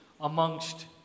amongst